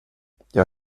jag